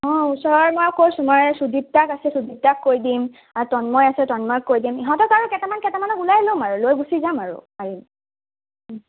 অঁ ওচৰৰ মই কৈছোঁ মই চুদীপ্তাক আছে চুদীপ্তাক কৈ দিম আৰু তন্ময় আছে তন্ময়ক কৈ দিম ইহঁতক আৰু কেইটামান কেইটামানক ওলাই ল'ম আৰু লৈ গুচি যাম আৰু মাৰিম ওঁ